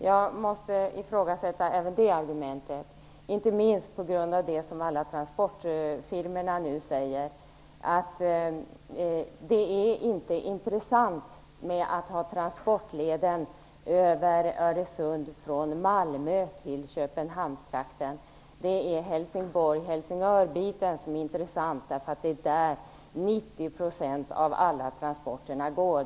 Jag måste ifrågasätta även det argumentet, inte minst på grund av det som alla transportfirmor nu säger: att det inte är intressant med en transportled över Öresund från Malmö till Köpenhamnstrakten. Det är Helsingborg Helsingör-sträckan som är intressant, därför att det är där 90 % av alla transporter går.